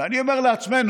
ואני אומר לעצמנו: